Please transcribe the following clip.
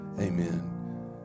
amen